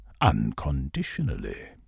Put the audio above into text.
unconditionally